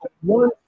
one